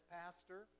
pastor